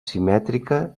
simètrica